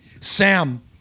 Sam